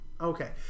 Okay